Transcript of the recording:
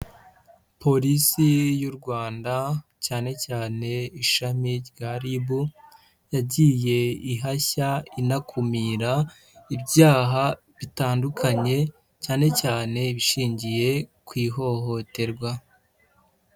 Polisi y'u Rwanda cyane cyane ishami rya RIB, yagiye ihashya inakumira ibyaha bitandukanye cyane cyane bishingiye ku ihohoterwa.